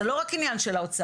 זה לא רק עניין של האוצר.